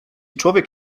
człowiek